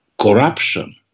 corruption